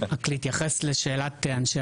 הוא לא יבוא על חשבון